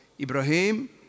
Ibrahim